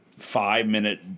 five-minute